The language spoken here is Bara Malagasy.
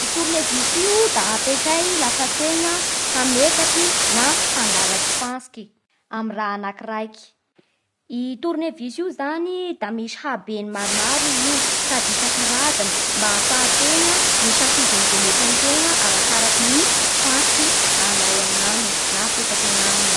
I tournevisy io da ampesay lafa tegna hametaky na hangalaky fantsiky amin'ny raha anakiraiky. I tournevisy io zany da misy habeny maromaro i io sady isakarazany mba ahafahantegna misafidy amin'izay mety amintena arakaraky ny fantsiky alay agnaminy na apetaky agnaminy.